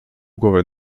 głowę